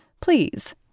please